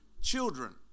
children